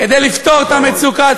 כדי לפתור את המצוקה,